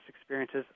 experiences